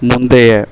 முந்தைய